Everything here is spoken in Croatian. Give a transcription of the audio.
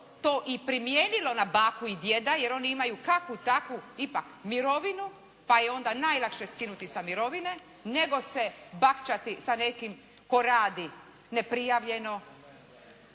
to i primijenilo na baku i djeda jer oni imaju kakvu takvu ipak mirovinu pa je onda najlakše skinuti sa mirovine nego se bakčati sa nekim tko radi neprijavljeno